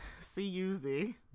c-u-z